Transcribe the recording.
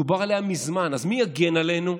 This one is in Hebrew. דובר עליה מזמן, אז מי יגן עלינו?